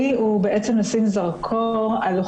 במצבי סיכון היו נערות בסיכון.